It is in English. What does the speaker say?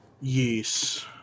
Yes